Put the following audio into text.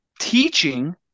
teaching